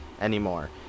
anymore